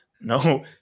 No